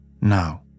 Now